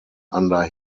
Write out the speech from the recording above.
under